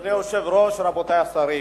אדוני היושב-ראש, רבותי השרים,